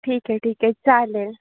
ठीक आहे ठीक आहे चालेल